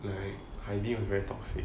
like heidi was very toxic